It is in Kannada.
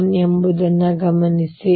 eiGna1 ಎಂಬುದನ್ನು ಗಮನಿಸಿ